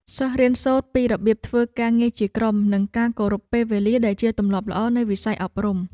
សិស្សរៀនសូត្រពីរបៀបធ្វើការងារជាក្រុមនិងការគោរពពេលវេលាដែលជាទម្លាប់ល្អនៃវិស័យអប់រំ។